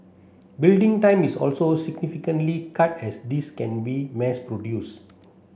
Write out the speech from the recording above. building time is also significantly cut as these can be mass produced